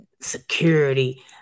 security